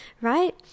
right